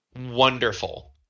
Wonderful